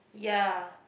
ya